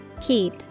Keep